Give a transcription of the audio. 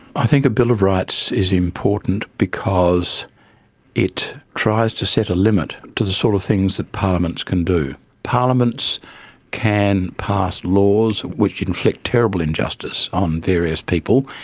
i think a bill of rights is important because it tries to set a limit to the sort of things that parliaments can do. parliaments can pass laws which inflict terrible injustice on various people,